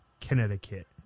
Connecticut